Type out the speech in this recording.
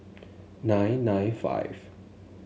nine nine five